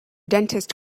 dentist